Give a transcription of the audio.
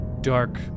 dark